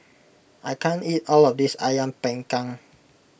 I can't eat all of this Ayam Panggang